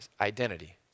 identity